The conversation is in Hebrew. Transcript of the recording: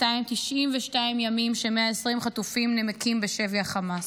292 ימים ש-120 חטופים נמקים בשבי החמאס.